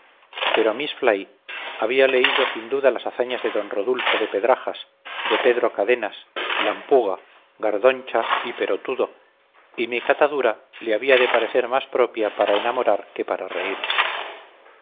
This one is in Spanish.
pero miss fly había leído sin duda las hazañas de d rodulfo de pedrajas de pedro cadenas lampuga gardoncha y perotudo y mi catadura le había de parecer más propia para enamorar que para reír